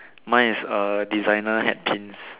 mine is err designer hat pins